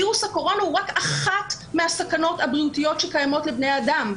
וירוס הקורונה הוא רק אחת מהסכנות הבריאותיות שקיימות לבני אדם.